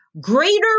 greater